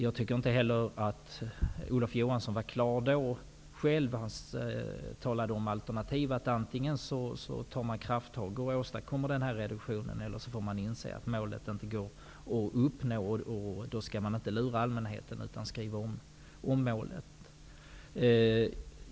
Jag tycker inte heller att Olof Johansson var klar då, när han talade om alternativ. Antingen tar man krafttag och åstadkommer reduktionen eller också får man inse att målet inte går att uppnå. Då skall man inte lura allmänheten utan skriva om målen.